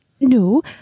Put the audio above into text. No